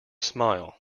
smile